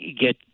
get